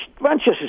Manchester